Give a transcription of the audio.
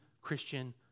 Christian